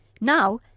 Now